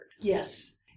Yes